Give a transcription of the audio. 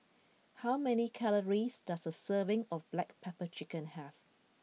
how many calories does a serving of Black Pepper Chicken have